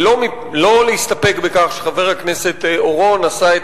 ולא להסתפק בכך שחבר הכנסת אורון עשה את